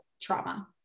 trauma